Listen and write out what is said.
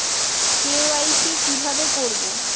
KYC কিভাবে করব?